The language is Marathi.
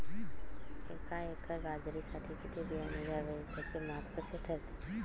एका एकर बाजरीसाठी किती बियाणे घ्यावे? त्याचे माप कसे ठरते?